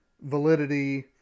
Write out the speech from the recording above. validity